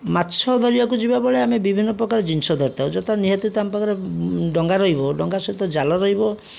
ମାଛ ଧରିବାକୁ ଯିବାବେଳେ ଆମେ ବିଭିନ୍ନପ୍ରକାର ଜିନିଷ ଧରିଥାଉ ଯଥା ନିହାତି ତ ଆମ ପାଖରେ ଡ଼ଙ୍ଗା ରହିବ ଡ଼ଙ୍ଗା ସହିତ ଜାଲ ରହିବ